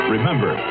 Remember